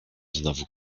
znowu